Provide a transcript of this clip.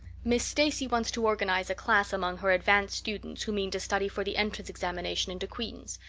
miss stacy wants to organize a class among her advanced students who mean to study for the entrance examination into queen's.